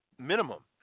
minimum